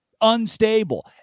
Unstable